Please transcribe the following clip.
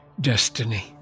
destiny